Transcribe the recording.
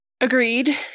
Agreed